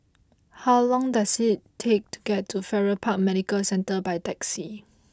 how long does it take to get to Farrer Park Medical Centre by taxi